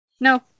no